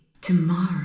Tomorrow